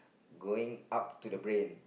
going up to the brain